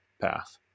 path